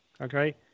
Okay